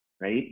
right